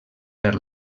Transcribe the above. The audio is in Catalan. per